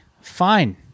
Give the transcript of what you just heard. Fine